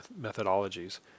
methodologies